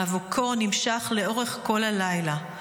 מאבקו נמשך לאורך כל הלילה.